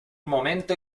momento